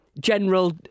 General